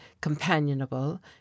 companionable